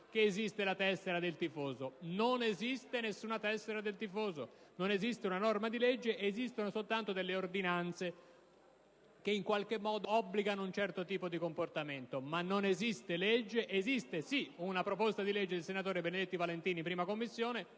che esiste la tessera del tifoso. Non esiste nessuna tessera del tifoso, né esiste una norma di legge, ma soltanto delle ordinanze che in qualche modo impongono un certo tipo di comportamento. Esiste sì un disegno di legge del senatore Benedetti Valentini in 1a Commissione,